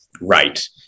right